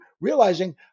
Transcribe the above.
realizing